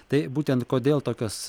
tai būtent kodėl tokios